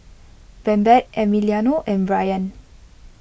Babette Emiliano and Brayan